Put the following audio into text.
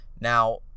Now